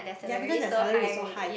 yea because they're salary is so high